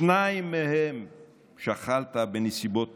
שניים שכלת בנסיבות טרגיות,